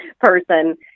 person